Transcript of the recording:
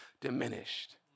diminished